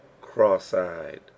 cross-eyed